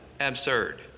absurd